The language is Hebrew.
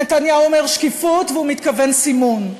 נתניהו אומר "שקיפות" והוא מתכוון "סימון".